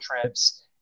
trips